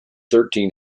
thirteen